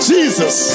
Jesus